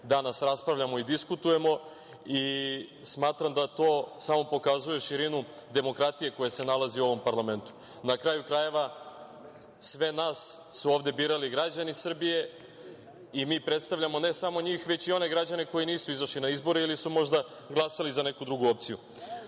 danas raspravljamo i diskutujemo. Smatram da to samo pokazuje širinu demokratije koja se nalazi u ovom parlamentu. Na kraju krajeva, sve nas ovde su birali građani Srbije i mi predstavljamo ne samo njih, već i one građane koji nisu izašli na izbore ili su možda glasali za neku drugu opciju.U